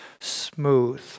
smooth